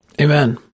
Amen